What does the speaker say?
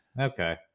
Okay